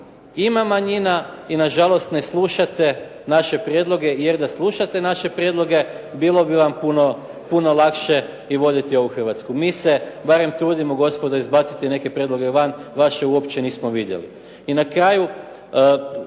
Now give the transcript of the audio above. Ima manjina i nažalost ne slušate naše prijedloge, jer da slušate naše prijedloge, bilo bi vam puno lakše i voditi ovu Hrvatsku. Mi se barem trudimo, gospodo izbaciti neke prijedloge van, vaše uopće nismo vidjeli. I na kraju,